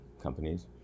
companies